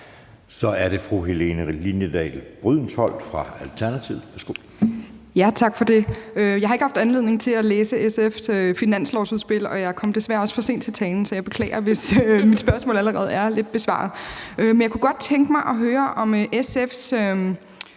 Kl. 13:27 Helene Liliendahl Brydensholt (ALT): Tak for det. Jeg har ikke haft anledning til at læse SF's finanslovsudspil, og jeg kom desværre også for sent til talen, så jeg beklager, hvis mit spørgsmål allerede er lidt besvaret. Men jeg kunne godt tænke mig at høre om SF's